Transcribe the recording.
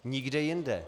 Nikde jinde.